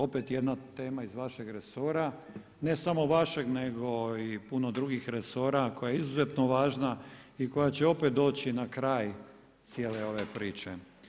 Opet jedna tema iz vašeg resora, ne samo vašeg nego i puno drugih resora koja je izuzetno važna i koja će opet doći na kraj cijele ove priče.